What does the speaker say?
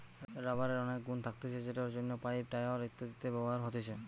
রাবারের অনেক গুন্ থাকতিছে যেটির জন্য পাইপ, টায়র ইত্যাদিতে ব্যবহার হতিছে